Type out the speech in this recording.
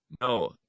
No